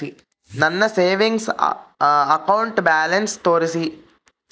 ನನ್ನ savings account balance ತೋರಿಸಿ?